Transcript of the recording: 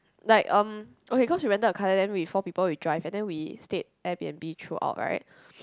like um okay cause we rented a car there then we four people we drive and then we stayed Airbnb throughout right